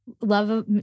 love